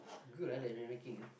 good that they're making